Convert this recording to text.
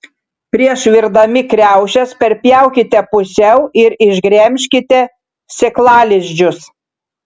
prieš virdami kriaušes perpjaukite pusiau ir išgremžkite sėklalizdžius